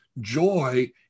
Joy